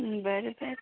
बरं बरं